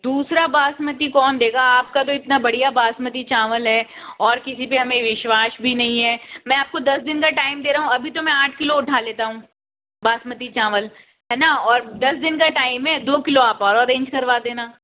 दूसरा बासमती कौन देगा आपका तो इतना बढ़िया बासमती चावल है और किसी पे हमें विश्वास भी नहीं है मैं आपको दस दिन का टाइम दे रहा हूँ अभी तो मैं आठ किलो उठा लेता हूँ बासमती चावल है ना और दस दिन का टाइम है दो किलो आप और अरेंज करवा देना